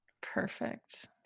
Perfect